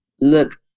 look